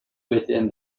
within